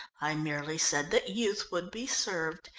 i merely said that youth would be served,